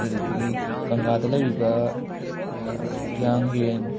ꯑꯗꯨꯗꯒꯤ ꯀꯪꯂꯥꯗ ꯂꯩꯔꯤꯕ ꯍꯤꯌꯥꯡ ꯍꯤꯔꯦꯟ